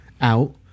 Out